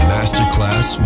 Masterclass